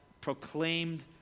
proclaimed